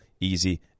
Easy